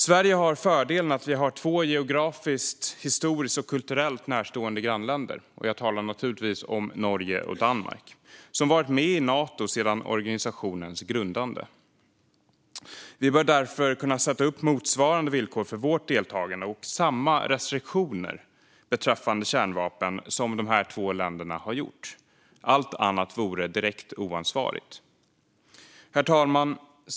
Sverige har fördelen att ha två geografiskt, historiskt och kulturellt närstående grannländer. Jag talar naturligtvis om Norge och Danmark, som har varit med i Nato sedan organisationens grundande. Vi bör därför kunna sätta upp motsvarande villkor för vårt deltagande och samma restriktioner beträffande kärnvapen som dessa två länder har gjort. Allt annat vore direkt oansvarigt. Herr talman!